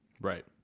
Right